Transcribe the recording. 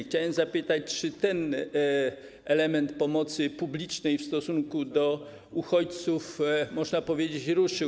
Chciałem zapytać, czy ten element pomocy publicznej w stosunku do uchodźców, można powiedzieć, ruszył?